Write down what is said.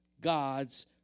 God's